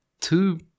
Two